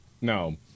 no